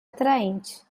atraente